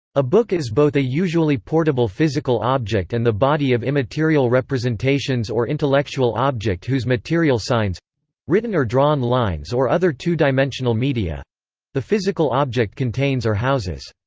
a book is both a usually portable physical object and the body of immaterial representations or intellectual object whose material signs written or drawn lines or other two-dimensional media the physical object contains or houses.